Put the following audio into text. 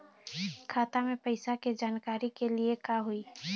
खाता मे पैसा के जानकारी के लिए का होई?